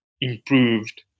improved